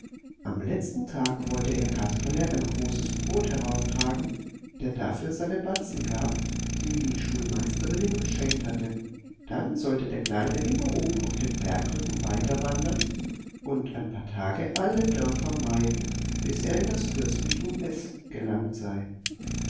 am letzten tag wollte er kasperle ein großes brot herauftragen der dafür seine batzen gab die die schulmeisterin ihm geschenkt hatte dann sollte der kleine immer oben auf dem bergrücken weiterwandern und ein paar tage alle dörfer meiden bis er in das fürstentum s gelangt sei